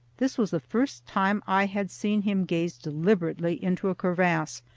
this was the first time i had seen him gaze deliberately into a crevasse,